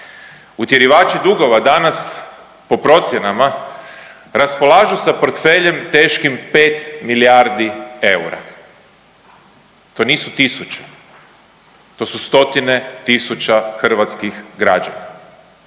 Utjerivači dugova danas po procjenama raspolažu sa portfeljem teškim 5 milijardi eura. To nisu tisuće, to su stotine tisuća hrvatskih građana.